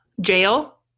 jail